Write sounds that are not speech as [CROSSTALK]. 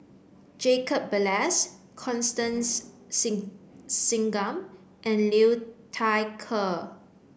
Jacob Ballas Constance [UNINTELLIGIBLE] Singam and Liu Thai Ker